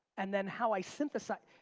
and then how i synthesize,